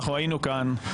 אנחנו היינו כאן,